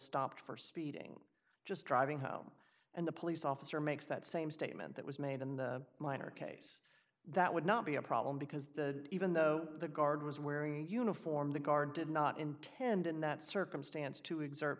stopped for speeding just driving home and the police officer makes that same statement that was made in the minor case that would not be a problem because the even though the guard was wearing uniform the guard did not intend in that circumstance to exert